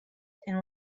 and